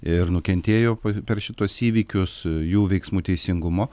ir nukentėjo per šituos įvykius jų veiksmų teisingumo